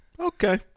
Okay